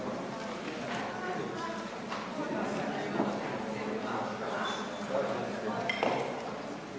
Hvala vam